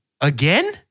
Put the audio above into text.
Again